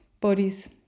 bodies